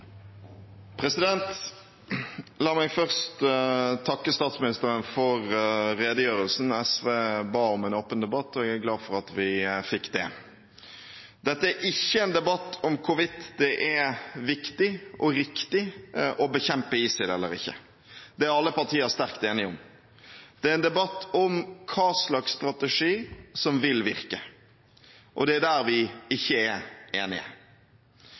La meg først takke statsministeren for redegjørelsen. SV ba om en åpen debatt, og jeg er glad for at vi fikk det. Dette er ikke en debatt om hvorvidt det er viktig og riktig å bekjempe ISIL eller ikke. Det er alle partier sterkt enige om. Det er en debatt om hva slags strategi som vil virke. Og det er der vi ikke er enige.